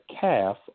calf